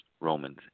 Romans